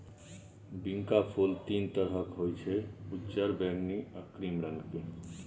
बिंका फुल तीन तरहक होइ छै उज्जर, बैगनी आ क्रीम रंगक